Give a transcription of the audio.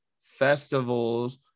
festivals